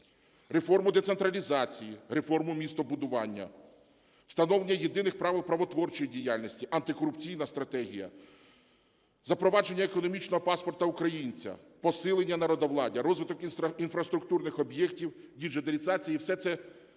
реформу децентралізації, реформу містобудування, встановлення єдиних правил правотворчої діяльності, антикорупційна стратегія, запровадження економічного паспорта українця, посилення народовладдя, розвиток інфраструктурних об'єктів, діджиталізація. І все це